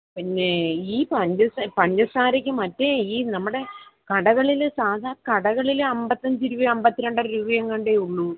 പിന്നെ ഈ പഞ്ചസാ പഞ്ചസാരക്ക് മറ്റേ ഈ നമ്മുടെ കടകളിലെ സാധാ കടകളിലെ അമ്പത്തഞ്ച് രൂപ അമ്പത് രണ്ടര രൂപ എങ്ങാണ്ടെ ഉള്ളൂ